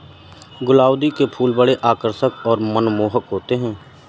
गुलदाउदी के फूल बड़े आकर्षक और मनमोहक होते हैं